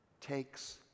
takes